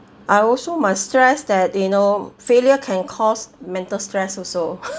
I also must stress that you know failure can cause mental stress also